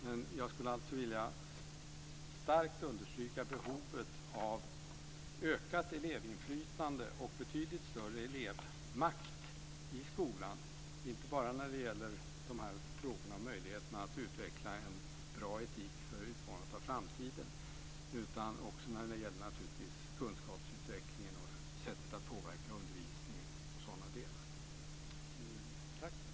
Men jag skulle alltså starkt vilja understryka behovet av ökat elevinflytande och betydligt större elevmakt i skolan, inte bara när det gäller dessa frågor om möjligheterna att utveckla en bra etik för utformandet av framtiden utan också naturligtvis när det gäller kunskapsutvecklingen och sättet att påverka undervisningen och sådant.